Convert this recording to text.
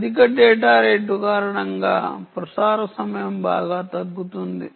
అధిక data rate కారణంగా ప్రసార సమయం బాగా తగ్గుతుంది